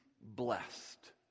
blessed